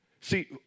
See